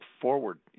forward